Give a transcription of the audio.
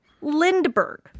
Lindbergh